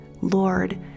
Lord